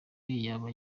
yaba